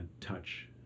touch